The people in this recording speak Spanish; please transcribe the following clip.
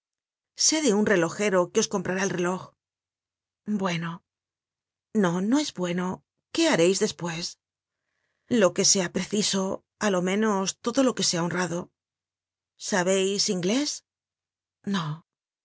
de un relojero que os comprará el reloj bueno no no es bueno qué hareis despues lo que sea preciso a lo menos todo lo que sea honrado sabeis inglés no